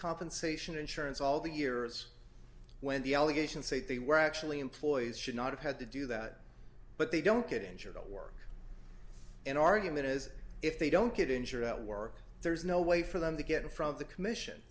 compensation insurance all the years when the allegations say they were actually employees should not have had to do that but they don't get injured at work an argument is if they don't get injured at work there's no way for them to get it from the commission